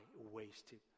wasted